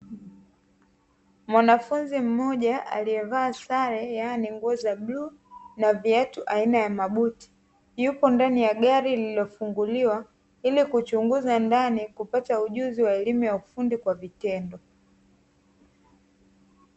Mwanafunzi mmoja aliyevaa sare yaani nguo za bluu na viatu aina ya mabuti, yupo ndani ya gari lililofunguliwa ili kuchunguza ndani kupata ujuzi wa elimu ya ufundi kwa vitendo.